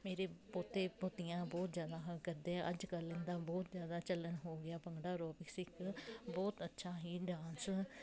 ਮੇਰੇ ਪੋਤੇ ਪੋਤੀਆਂ ਬਹੁਤ ਜ਼ਿਆਦਾ ਹਾ ਕਰਦੇ ਆ ਅੱਜ ਕੱਲ੍ਹ ਇਹਦਾ ਬਹੁਤ ਜ਼ਿਆਦਾ ਚੱਲਣ ਹੋ ਗਿਆ ਭੰਗੜਾ ਐਰੋਬਿਕਸ ਇੱਕ ਬਹੁਤ ਅੱਛਾ ਹੀ ਡਾਂਸ